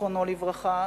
זיכרונו לברכה,